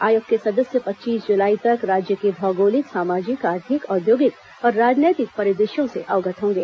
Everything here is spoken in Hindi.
आयोग के सदस्य पच्चीस जुलाई तक राज्य के भौगोलिक सामाजिक आर्थिक औद्योगिक और राजनैतिक परिदृश्यों से अवगत होंगे